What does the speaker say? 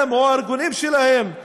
הם או הארגונים שלהם,